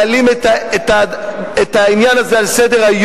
מעלים את העניין הזה על סדר-היום,